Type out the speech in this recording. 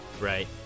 Right